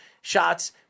shots